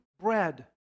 bread